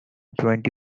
twenty